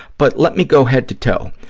but let me go head to toe.